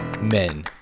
Men